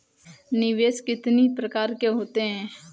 निवेश कितनी प्रकार के होते हैं?